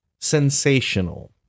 sensational